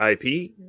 IP